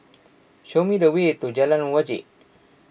show me the way to Jalan Wajek